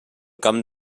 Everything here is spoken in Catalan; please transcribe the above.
camp